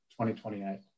2028